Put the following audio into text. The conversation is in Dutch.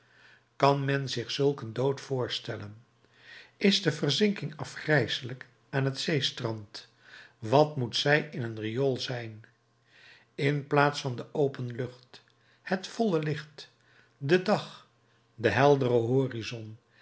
kan men zich zulk een dood voorstellen is de verzinking afgrijselijk aan het zeestrand wat moet zij in een riool zijn in plaats van de open lucht het volle licht den dag den helderen horizon